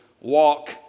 walk